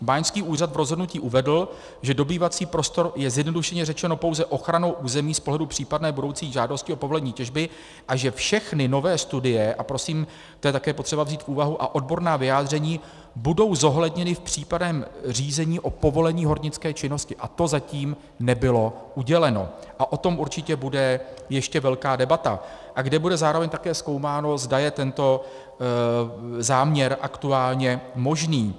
Báňský úřad v rozhodnutí uvedl, že dobývací prostor je, zjednodušeně řečeno, pouze ochranou území z pohledu případné budoucí žádosti o povolení těžby a že všechny nové studie, a prosím, to je také potřeba vzít v úvahu, a odborná vyjádření budou zohledněny v přípravném řízení o povolení hornické činnosti, to zatím nebylo uděleno a o tom určitě bude ještě velká debata, a kde bude zároveň také zkoumáno, zda je tento záměr aktuálně možný.